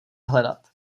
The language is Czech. hledat